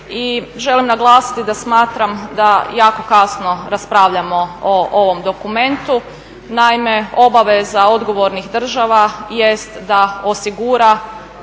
i želim naglasiti da smatram da jako kasno raspravljamo o ovom dokumentu. Naime, obaveza odgovornih država jest da osigura